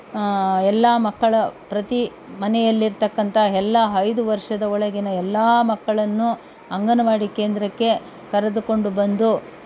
ಎಲ್ಲ ಮಕ್ಕಳ ಪ್ರತಿ ಮನೆಯಲ್ಲಿರತಕ್ಕಂಥ ಎಲ್ಲ ಐದು ವರ್ಷದ ಒಳಗಿನ ಎಲ್ಲ ಮಕ್ಕಳನ್ನು ಅಂಗನವಾಡಿ ಕೇಂದ್ರಕ್ಕೆ ಕರೆದುಕೊಂಡು ಬಂದು